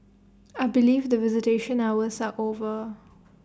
I believe that visitation hours are over